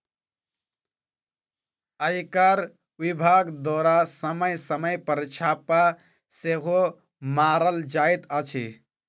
आयकर विभाग द्वारा समय समय पर छापा सेहो मारल जाइत अछि